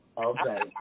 Okay